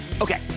Okay